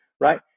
right